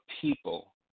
people